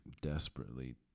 desperately